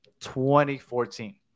2014